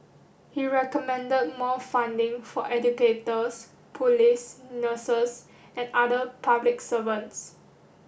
he recommended more funding for educators police nurses and other public servants